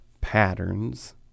patterns